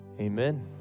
Amen